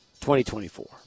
2024